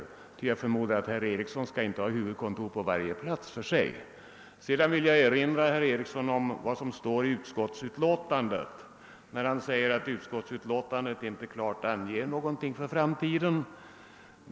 Jag förmodar nämligen att herr' Eriksson inte önskar ett huvudkontor på var och en av dessa platser. Sedan vill jag erinra herr Eriksson om vad som står i utskottsutlåtandet. Han säger att utlåtandet inte klart anger någonting för framtiden.